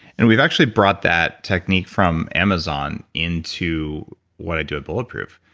and we've actually brought that technique from amazon into what i do at bulletproof.